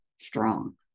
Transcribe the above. strong